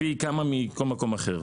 פי כמה מכל מקום אחר.